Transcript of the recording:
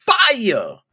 fire